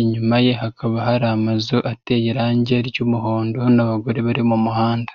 inyuma ye hakaba hari amazu ateye irangi ry'umuhondo n'abagore bari mu muhanda.